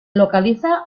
localiza